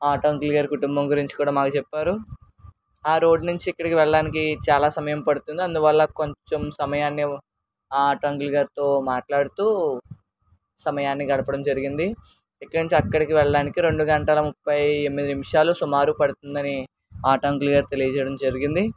auto అంకుల్గారు కుటుంబం గురించి కూడా మాకు చెప్పారు ఆ రోడ్డు నుంచి ఇక్కడికి వెళ్ళడానికి చాలా సమయం పడుతుంది అందువల్ల కొంచెం సమయాన్ని ఆ ఆటో అంకుల్గారితో మాట్లాడుతూ సమయాన్ని గడపడం జరిగింది ఇక్కడి నుంచి అక్కడికి వెళ్ళడానికి రెండు గంటల ముప్ఫై ఎనిమిది నిమిషాలు సుమారు పడుతుందని ఆటో అంకుల్గారు తెలియచేయడం జరిగింది